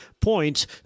points